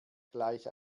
gleich